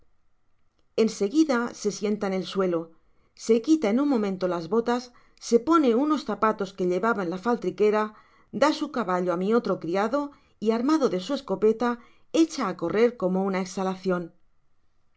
seguida se sienta en el suelo so quita en nn momento las botas se pone unos zapatos que llevaba en la faltriquera da su caballo á mi otro criado y armado de su escopeta echa á correr como una exhalacion